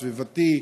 סביבתי,